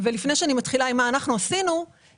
שאני אומרת מה אנחנו עשינו,